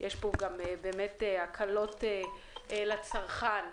יש גם הקלות לצרכן,